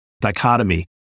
dichotomy